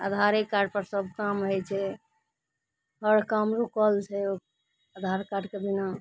आधारेकार्ड पर सभ काम होइत छै हर काम रुकल छै ओ आधारकार्डके बिना